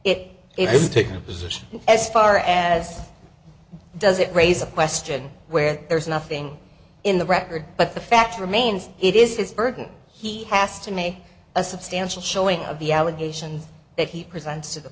position as far as does it raise a question where there's nothing in the record but the fact remains it is his burden he has to make a substantial showing of the allegations that he presents to the